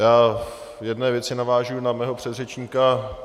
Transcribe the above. Já v jedné věci navážu na svého předřečníka.